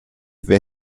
wer